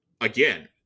Again